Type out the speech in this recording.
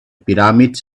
pyramids